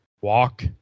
walk